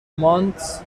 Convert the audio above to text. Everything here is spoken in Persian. مانتس